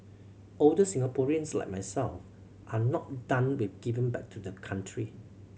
older Singaporeans like myself are not done with giving back to the country